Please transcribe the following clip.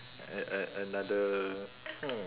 a~ a~ a~ another hmm